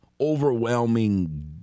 overwhelming